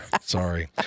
Sorry